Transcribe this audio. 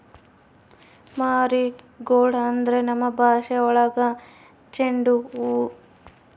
marigold ಅಂದ್ರೆ ನಮ್ ಭಾಷೆ ಒಳಗ ಚೆಂಡು ಹೂವು